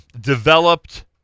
developed